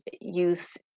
youth